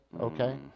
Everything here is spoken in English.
okay